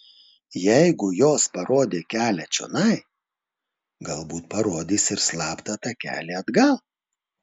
jeigu jos parodė kelią čionai galbūt parodys ir slaptą takelį atgal